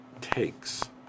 takes